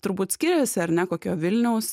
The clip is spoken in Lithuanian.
turbūt skiriasi ar ne kokio vilniaus